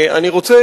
אני רוצה,